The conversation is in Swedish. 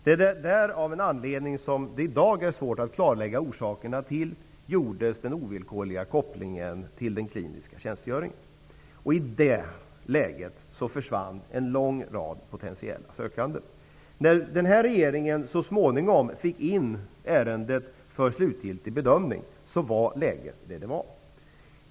Där gjordes, av en anledning som det i dag är svårt att klarlägga orsaken till, den ovillkorliga kopplingen till den kliniska tjänstgöringen. I det läget försvann en lång rad potentiella sökande. När den nuvarande regeringen så småningom fick in ärendet för slutgiltig bedömning, var läget som det var.